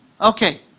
Okay